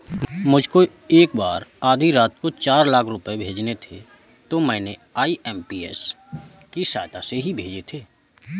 मुझको एक बार आधी रात को चार लाख रुपए भेजने थे तो मैंने आई.एम.पी.एस की सहायता से ही भेजे थे